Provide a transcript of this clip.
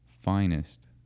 finest